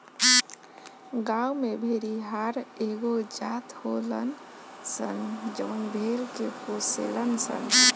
गांव में भेड़िहार एगो जात होलन सन जवन भेड़ के पोसेलन सन